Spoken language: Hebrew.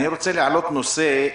אני רוצה להעלות נושא,